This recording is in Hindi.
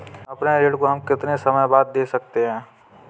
अपने ऋण को हम कितने समय बाद दे सकते हैं?